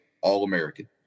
All-American